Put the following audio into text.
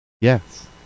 Yes